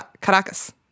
Caracas